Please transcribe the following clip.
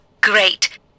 Great